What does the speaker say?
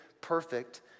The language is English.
perfect